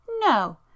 No